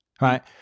Right